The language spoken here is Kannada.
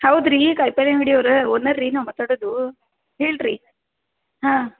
ಹೌದು ರೀ ಕಾಯಿಪಲ್ಲೆ ಅಂಗ್ಡಿಯವ್ರೇ ಓನರ್ ರೀ ನಾವು ಮಾತಾಡೋದು ಹೇಳಿರಿ ಹಾಂ